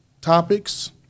topics